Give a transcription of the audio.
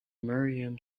miriam